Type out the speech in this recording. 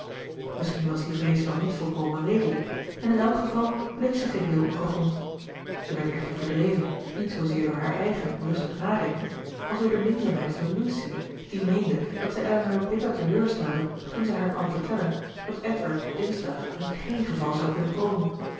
misschien was die vrees wel niet volkomen redelijk en in elk geval bleek zij geheel ongegrond zij werd echter verdreven niet zoozeer door haar eigen rustig nadenken als door de minzaamheid van lucy die meende dat zij elinor bitter teleurstelde toen zij haar kwam vertellen dat edward dinsdag in géén geval zou kunnen komen